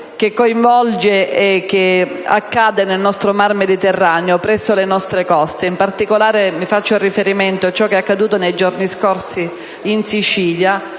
di morte che accade nel nostro mar Mediterraneo, presso le nostre coste. In particolare, faccio riferimento a ciò che è accaduto nei giorni scorsi in Sicilia,